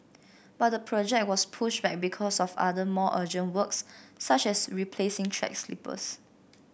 but the project was pushed back because of other more urgent works such as replacing track sleepers